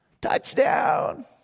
touchdown